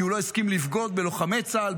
כי הוא לא הסכים לבגוד בלוחמי צה"ל,